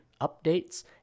updates